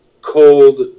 cold